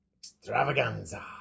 Extravaganza